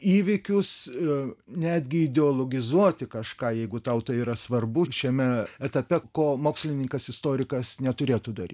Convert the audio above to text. įvykius ir netgi ideologizuoti kažką jeigu tau tai yra svarbu šiame etape ko mokslininkas istorikas neturėtų daryti